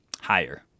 Higher